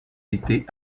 été